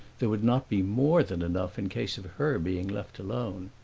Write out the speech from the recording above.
there would not be more than enough in case of her being left alone.